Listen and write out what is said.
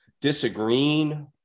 disagreeing